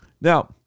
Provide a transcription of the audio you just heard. Now